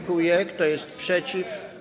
Kto jest przeciw?